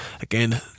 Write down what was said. again